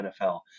NFL